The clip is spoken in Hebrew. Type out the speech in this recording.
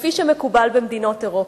כפי שמקובל במדינות אירופה.